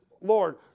Lord